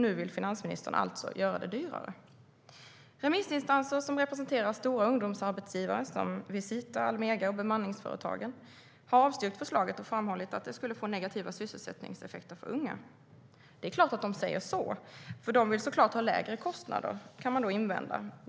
Nu vill finansministern alltså göra det dyrare. Remissinstanser som representerar stora ungdomsarbetsgivare, såsom Visita, Almega och bemanningsföretagen, har avstyrkt förslaget och framhållit att det skulle få negativa sysselsättningseffekter för unga. Det är klart att de säger så, för de vill såklart ha lägre kostnader, kan man då invända.